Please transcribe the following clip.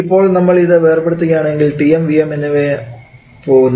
ഇപ്പോൾ നമ്മൾ ഇത് വേർപ്പെടുത്തുകയാണ് എങ്കിൽTm Vm എന്നിവ പോകുന്നു